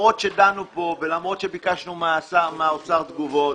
למרות שדנו כאן, למרות שביקשנו מהאוצר תגובות